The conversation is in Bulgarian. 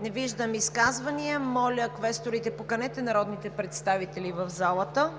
Не виждам. Моля, квесторите, поканете народните представители в залата.